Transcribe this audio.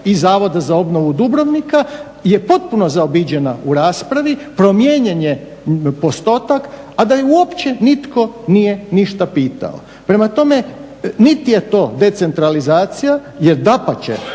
iz Zavoda za obnovu Dubrovnika je potpuno zaobiđena u raspravi, promijenjen je postotak a da i uopće nitko nije ništa pitao. Prema tome, niti je to decentralizacija jer dapače